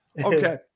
Okay